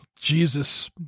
Jesus